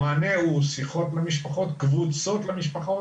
המענה הוא שיחות למשפחות או קבוצות למשפחות.